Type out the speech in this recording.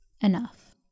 enough